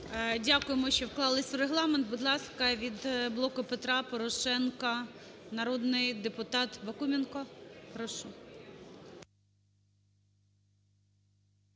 Дякуємо, що вклалися в регламент. Будь ласка, від "Блоку Петра Порошенка" народний депутат Бакуменко. Прошу.